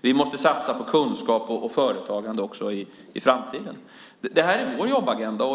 Vi måste satsa på kunskap och företagande också i framtiden. Det är vår jobbagenda.